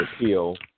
appeal